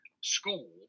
school